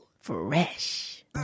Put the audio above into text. Fresh